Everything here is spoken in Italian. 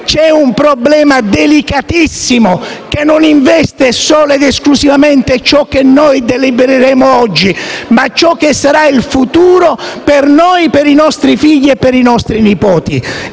c'è un problema delicatissimo, che non investe solo ed esclusivamente ciò che noi delibereremo oggi, ma ciò che sarà il futuro per noi, per i nostri figli e per i nostri nipoti.